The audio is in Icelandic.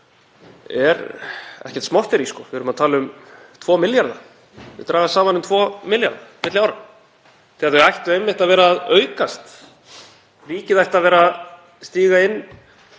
er ekkert smotterí. Við erum að tala um 2 milljarða. Þau dragast saman um 2 milljarða milli ára þegar þau ættu einmitt að vera að aukast. Ríkið ætti að vera að stíga inn